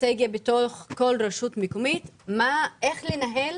בתוך כל רשות מקומית אסטרטגיה איך לנהל